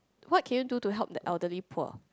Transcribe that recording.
what can you do to help the elderly poor